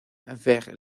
vers